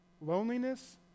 loneliness